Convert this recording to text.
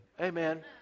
Amen